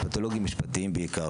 הפתולוגים-משפטיים בעיקר,